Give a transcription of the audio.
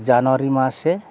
জানুয়ারি মাসে